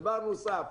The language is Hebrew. דבר נוסף,